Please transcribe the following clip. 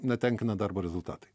netenkina darbo rezultatai